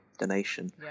donation